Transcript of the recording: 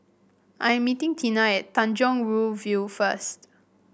I am meeting Teena at Tanjong Rhu View first